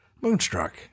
Moonstruck